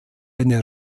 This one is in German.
eine